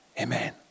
amen